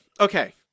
Okay